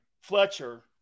Fletcher